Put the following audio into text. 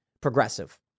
progressive